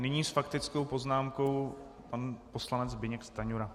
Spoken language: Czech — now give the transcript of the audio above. Nyní s faktickou poznámkou pan poslanec Zbyněk Stanjura.